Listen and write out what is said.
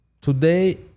today